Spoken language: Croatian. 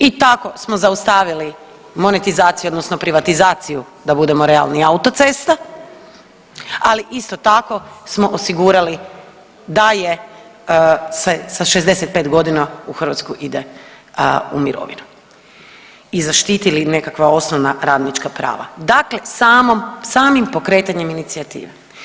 I tako smo zaustavili monetizaciju odnosno privatizaciju da budemo realni autocesta, ali isto tako smo osigurali da je, se sa 65.g. u Hrvatsku ide u mirovinu i zaštitili nekakva osnovna radnička prava, dakle samom, samim pokretanjem inicijative.